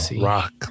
rock